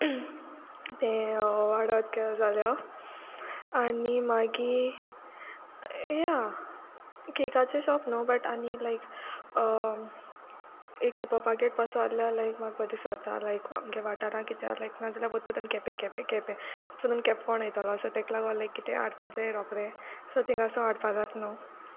तें वाडोत गेल जाल्यार आनी मागी या कॅकाचें शॉप न्हू बट आनी लायक एक सुपरमार्केट पासू आहलो जाल्यार एक म्हाक बोर दिसोता लायक आमगे वाठारांत कित्या लायक ना जाल्यार पोत पोतून केपें केपें केपें पोत पोतून केप कोण ओयतोलो सो तेक लागों लायक कितें आडपा जायें रोखडें सो तिंगा सोन आडपा जात न्हू